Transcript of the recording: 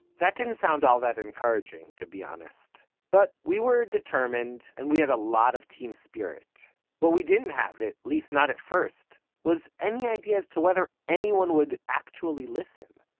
that didn't sound all that encouraging, to be honest. but we were determined and had a lot of team spirit. what we didn't have, at least not at first, was any idea as to whether anyone would actually listen,